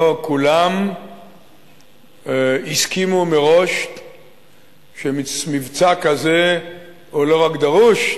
לא כולם הסכימו מראש שמבצע כזה הוא לא רק דרוש,